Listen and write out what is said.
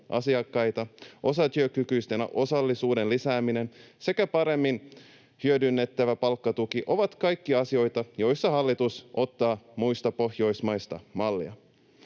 asiakkaita, osatyökykyisten osallisuuden lisääminen sekä paremmin hyödynnettävä palkkatuki ovat kaikki asioita, joissa hallitus ottaa muista Pohjoismaista mallia.